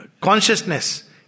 consciousness